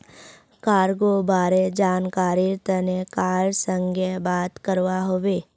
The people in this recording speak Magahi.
कार्गो बारे जानकरीर तने कार संगे बात करवा हबे